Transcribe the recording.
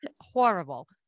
horrible